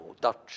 Dutch